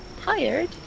Tired